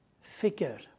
figure